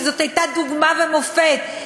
שזאת הייתה דוגמה ומופת,